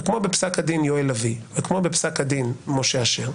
וכמו בפסק הדין יואל לביא וכמו בפסק הדין משה אשר,